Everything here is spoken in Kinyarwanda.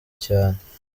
cyane